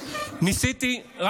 ניסיתי,